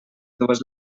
dues